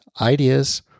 ideas